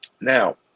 Now